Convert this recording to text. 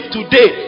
Today